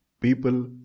People